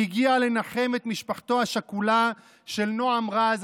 והגיע לנחם את משפחתו השכולה של נעם רז,